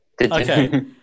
okay